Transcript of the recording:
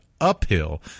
uphill